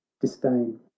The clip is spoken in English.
disdain